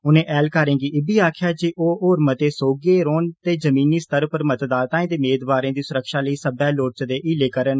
उनें ऐहलकारें गी इब्बी आखेआ जे ओह् होर मते सोह्गे रौह्न ते जमीनी सतह उप्पर मतदाताएं ते मेदवारें दी सुरक्षा लेई सब्बै लोड़चदे हीले करन